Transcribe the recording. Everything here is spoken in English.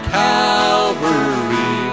calvary